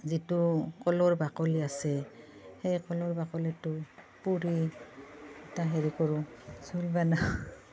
যিটো কলৰ বাকলি আছে সেই কলৰ বাকলিটো পুৰি তাৰ হেৰি কৰো জোল বানাও